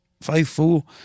faithful